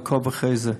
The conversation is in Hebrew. לעקוב אחרי זה.